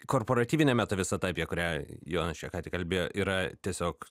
korporatyvinė meta visata apie kurią jonas čia kątik kalbėjo yra tiesiog